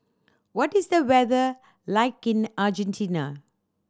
what is the weather like in Argentina